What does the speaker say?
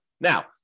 Now